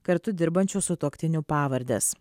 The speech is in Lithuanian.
kartu dirbančių sutuoktinių pavardes